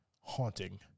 haunting